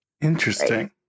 interesting